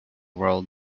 world